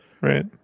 right